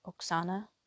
Oksana